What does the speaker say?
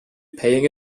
paying